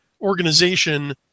organization